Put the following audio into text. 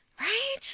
Right